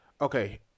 Okay